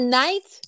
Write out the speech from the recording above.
night